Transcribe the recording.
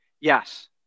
Yes